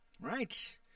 right